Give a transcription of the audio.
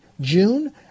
June